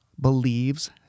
believes